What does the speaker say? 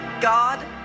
God